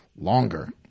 longer